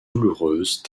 douloureuse